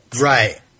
right